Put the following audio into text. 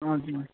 हजुर